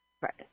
Right